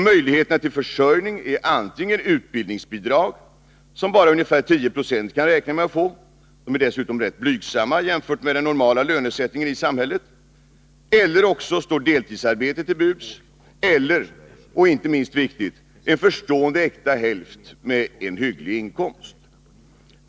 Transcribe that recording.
Möjligheterna till försörjning är antingen utbildningsbidrag, som bara ungefär 10 90 kan räkna med att få — de är dessutom rätt blygsamma jämfört med den normala lönesättningen i samhället — eller också deltidsarbete eller, och inte minst viktigt, en förstående äkta hälft med en hygglig inkomst.